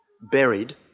buried